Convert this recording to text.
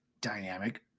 dynamic